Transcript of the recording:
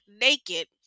naked